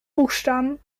buchstaben